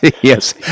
yes